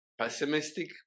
pessimistic